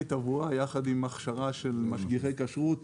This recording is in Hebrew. תברואה ביחד עם הכשרה של משגיחי כשרות,